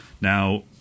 Now